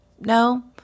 no